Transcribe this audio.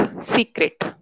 Secret